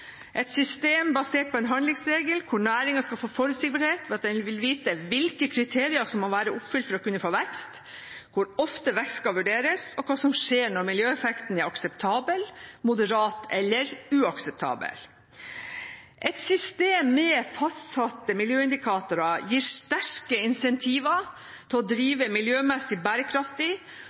et system basert på en handlingsregel, hvor næringen skal få forutsigbarhet, og at en vil vite hvilke kriterier som må være oppfylt for å kunne få vekst, hvor ofte vekst skal vurderes og hva som skjer når miljøeffekten er akseptabel, moderat eller uakseptabel. Et system med fastsatte miljøindikatorer gir sterke incentiver til å drive miljømessig bærekraftig